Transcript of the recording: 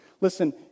Listen